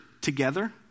together